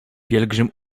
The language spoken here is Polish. pielgrzym